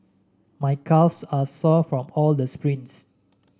my calves are sore from all the sprints